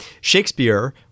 shakespeare